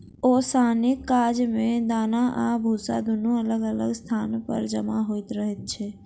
ओसौनीक काज मे दाना आ भुस्सा दुनू अलग अलग स्थान पर जमा होइत रहैत छै